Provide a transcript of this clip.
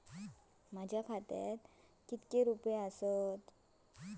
माझ्या खात्यात कितके रुपये आसत?